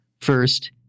First